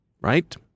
Right